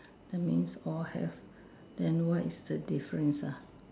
that means all have then what is the difference ah